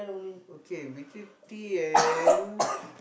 okay between tea and